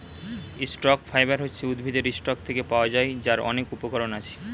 stock fibre হচ্ছে উদ্ভিদের stalk থেকে পাওয়া যায়, যার অনেক উপকরণ আছে